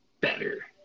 better